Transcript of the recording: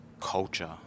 culture